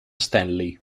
stanley